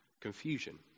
confusion